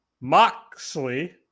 Moxley